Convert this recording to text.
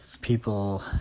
people